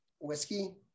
whiskey